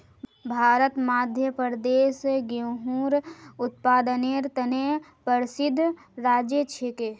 भारतत मध्य प्रदेश गेहूंर उत्पादनेर त न प्रसिद्ध राज्य छिके